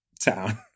town